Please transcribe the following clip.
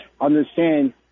understand